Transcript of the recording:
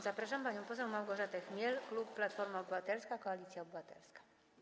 Zapraszam panią poseł Małgorzatę Chmiel, klub Platforma Obywatelska - Koalicja Obywatelska.